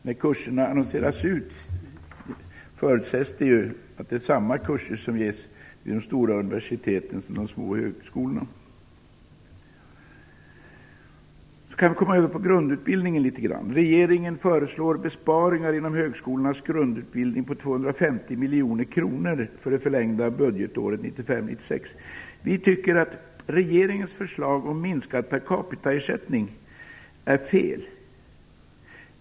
När kurserna annonseras ut förutsätts att det är samma kurser som ges vid de stora universiteten som vid de små högskolorna. Så kan vi komma över på grundutbildningen. Regeringen föreslår besparingar inom högskolornas grundutbildning på 250 miljoner kronor för det förlängda budgetåret 1995/96. Vi tycker att regeringens förslag om minskad per capita-ersättning är fel.